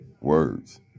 Words